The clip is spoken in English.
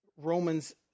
Romans